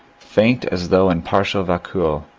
faint as though in partial vacuo,